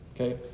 Okay